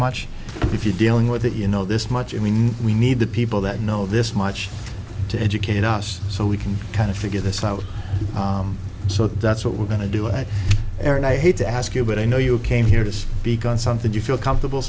much if you dealing with it you know this much i mean we need the people that know this much to educate us so we can kind of figure this out so that's what we're going to do it and i hate to ask you but i know you came here this big on something you feel comfortable